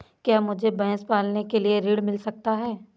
क्या मुझे भैंस पालने के लिए ऋण मिल सकता है?